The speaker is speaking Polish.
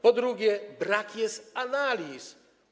Po drugie, brak jest analiz.